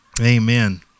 Amen